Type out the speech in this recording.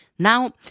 Now